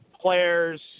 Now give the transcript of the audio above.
players